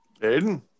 Aiden